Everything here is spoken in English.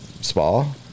spa